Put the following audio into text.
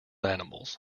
animals